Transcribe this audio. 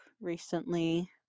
recently